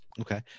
Okay